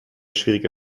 schwierige